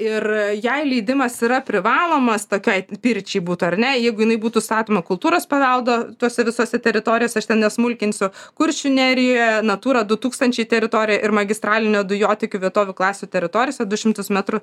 ir jei leidimas yra privalomas tokiai pirčiai būtų ar ne jeigu jinai būtų statoma kultūros paveldo tose visose teritorijose aš nesmulkinsiu kuršių nerijoje natūra du tūkstančiai teritorija ir magistralinių dujotiekių vietovių klasių teritorijose du šimtus metrų